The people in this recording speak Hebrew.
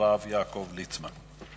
הרב יעקב ליצמן.